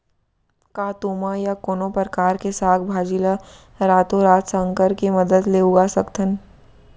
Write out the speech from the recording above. का तुमा या कोनो परकार के साग भाजी ला रातोरात संकर के मदद ले उगा सकथन?